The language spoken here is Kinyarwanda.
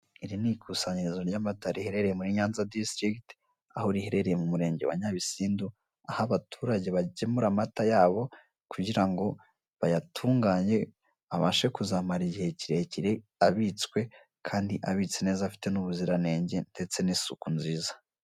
Iri ni ikusanyirizo ry'amata riherereye muri Nyanza disitirigiti; aho riherereye mu murenge wa Nyabisindu, aho abaturage bagemura amata yabo kugira ngo bayatunganye abashe kuzamara igihe kirekire abitswe kandi abitse neza, afite n'ubuziranenge ndetse n'isuku nziza.